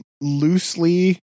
loosely